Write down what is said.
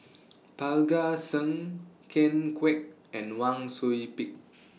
Parga Singh Ken Kwek and Wang Sui Pick